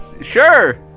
Sure